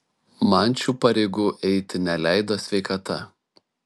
man šių pareigų eiti neleido sveikata